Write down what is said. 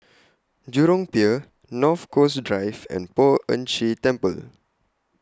Jurong Pier North Coast Drive and Poh Ern Shih Temple